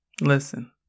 Listen